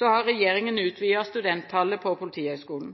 har regjeringen utvidet studenttallet på Politihøgskolen.